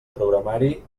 programari